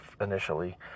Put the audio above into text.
initially